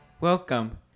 Welcome